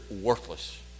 worthless